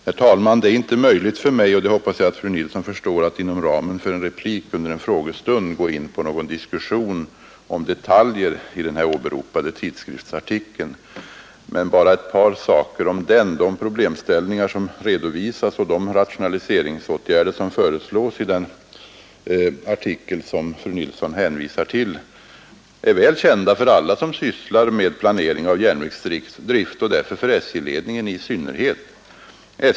Herr talman! Det är inte möjligt för mig — och det hoppas jag att fru Nilsson i Sunne förstår — att inom ramen för en replik under en frågestund gå in på någon diskussion om detaljer i den här åberopade tidskriftsartikeln. Jag vill bara säga ett par ord om den. De problemställningar som redovisats och de rationaliseringsåtgärder som föreslås i den artikel som fru Nilsson i Sunne hänvisar till är väl kända för alla som sysslar med planering av järnvägsdrift och därför för SJ-ledningen i synnerhet.